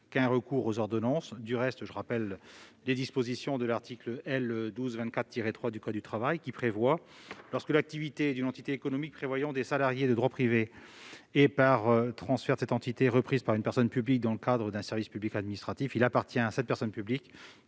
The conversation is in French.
à un recours aux ordonnances. Du reste, je rappelle que l'article L. 1224-3 du code du travail prévoit déjà que « lorsque l'activité d'une entité économique employant des salariés de droit privé est, par transfert de cette entité, reprise par une personne publique dans le cadre d'un service public administratif, il appartient à cette personne publique